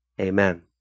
amen